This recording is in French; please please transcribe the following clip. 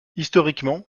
historiquement